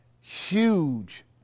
huge